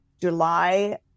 July